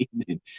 evening